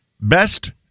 Best